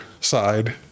side